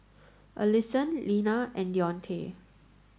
Allisson Lina and Deontae